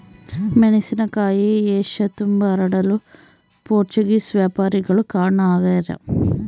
ಮೆಣಸಿನಕಾಯಿ ಏಷ್ಯತುಂಬಾ ಹರಡಲು ಪೋರ್ಚುಗೀಸ್ ವ್ಯಾಪಾರಿಗಳು ಕಾರಣ ಆಗ್ಯಾರ